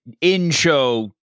in-show